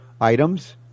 items